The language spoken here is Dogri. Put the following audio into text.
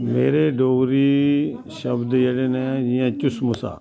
मेरे डोगरी शब्द जेह्ड़े नै जियां झुसमुसा